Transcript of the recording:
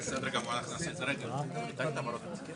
אז משרד המשפטים חשב שרשות המיסים צריכה להיות פה.